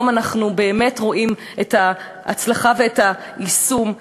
היום אנחנו באמת רואים את ההצלחה ואת היישום,